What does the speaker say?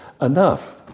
enough